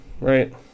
right